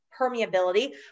permeability